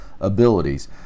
abilities